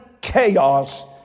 chaos